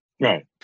Right